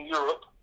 Europe